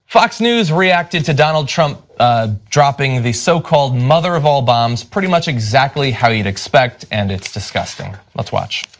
fox news reacted to donald trump ah dropping the so-called mother of all bombs pretty much exactly how you would expect, and it's disgusting? that's what